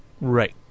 Right